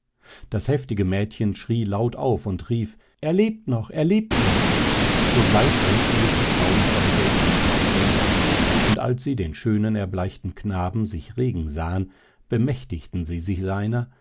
das heftige mädchen schrie laut auf und rief er lebt noch er lebt noch sogleich drängten sich die frauen von seldwyla um den sarg und als sie den schönen erbleichten knaben sich regen sahen bemächtigten sie sich seiner